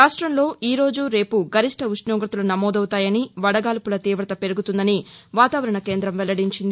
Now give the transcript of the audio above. రాష్టంలో ఈ రోజు రేపు గరిష్ట ఉష్టోగతలు నమోదవుతాయని వడగాల్పుల తీవత పెరుగుతుందని వాతావరణ కేందం వెల్లడించింది